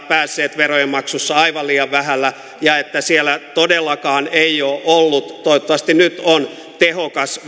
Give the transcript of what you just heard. päässeet verojen maksussa aivan liian vähällä ja että siellä todellakaan ei ole ollut toivottavasti nyt on veronkantosysteemi tehokas